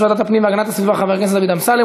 ועדת הפנים והגנת הסביבה חבר הכנסת דוד אמסלם,